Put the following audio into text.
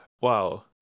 wow